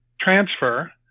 transfer